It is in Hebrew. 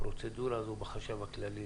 הפרוצדורה הזאת בחשב הכללי